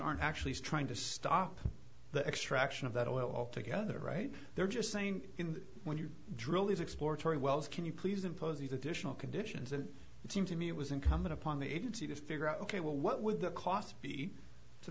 aren't actually trying to stop the extraction of that oil altogether right they're just saying when you drill these exploratory wells can you please impose these additional conditions and it seems to me it was incumbent upon the agency to figure out ok well what would the cost be to